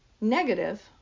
negative